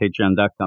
patreon.com